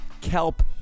kelp